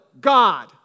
God